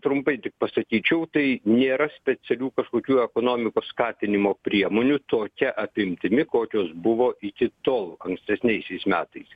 trumpai tik pasakyčiau tai nėra specialių kažkokių ekonomikos skatinimo priemonių tokia apimtimi kokios buvo iki tol ankstesniaisiais metais